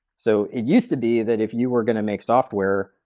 so it used to be that if you were going to make software,